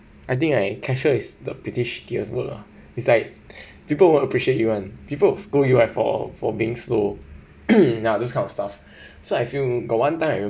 I think like cashier is the work lah it's like people won't appreciate you [one] people will scold you like for for being slow ya this kind of stuff so I feel got one time I remember